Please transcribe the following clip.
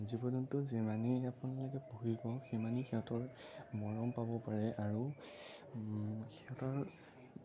জীৱ জন্তু যিমানেই আপোনালোকে পুহিব সিমানেই সিহঁতৰ মৰম পাব পাৰে আৰু সিহঁতৰ